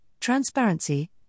transparency